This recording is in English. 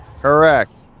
Correct